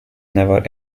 never